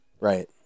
Right